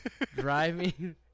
driving